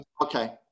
Okay